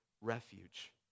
refuge